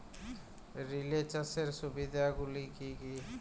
Relay চাষের সুবিধা গুলি কি কি?